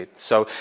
ah so,